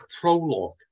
prologue